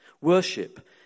Worship